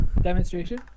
Demonstration